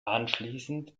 anschließend